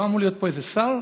לא אמור להיות פה איזה שר?